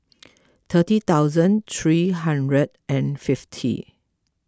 thirty thousand three hundred and fifty